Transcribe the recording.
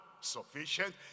sufficient